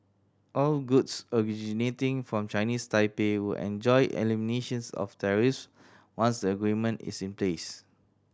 all goods originating from Chinese Taipei will enjoy eliminations of tariffs once the agreement is in place